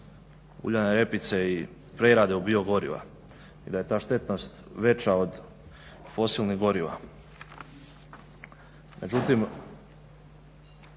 uljane repice i prerade u biogoriva i da je ta štetnost veća od fosilnih goriva.